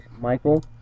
Michael